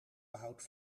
behoud